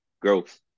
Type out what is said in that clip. growth